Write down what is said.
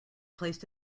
placed